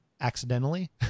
accidentally